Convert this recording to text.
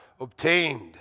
obtained